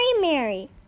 Mary